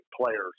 players